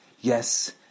Yes